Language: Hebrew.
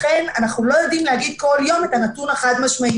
לכן אנחנו לא יודעים להגיד כל יום את הנתון החד-משמעי.